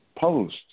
post